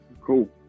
cool